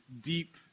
deep